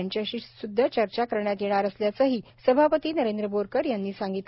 यांच्याशी सुद्धा चर्चा करण्यात येणार असल्याचेही सभापती नरेंद्र बोरकर यांनी सांगितले